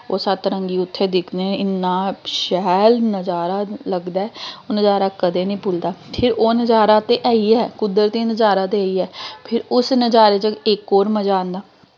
ओह् सत्त रंगी उत्थें दिक्खने इ'न्ना शैल नज़ारा लगदा ऐ ओह् नज़ारा कदें नी भुलदा ठीक ओह् नज़ारा ते ऐ ई ऐ कुदरती नज़ारा ते ऐ फिर उस नज़ारे च इक होर मज़ा आंदा